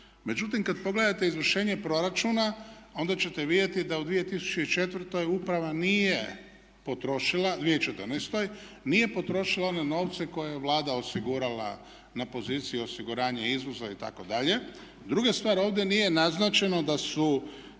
Međutim, kad pogledate izvršenje proračuna onda ćete vidjeti da u 2004. uprava nije potrošila, 2014. nije potrošila one novce koje je Vlada osigurala na poziciji osiguranje izvoza itd. Druga stvar, ovdje nije naznačeno da su